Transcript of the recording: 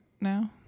now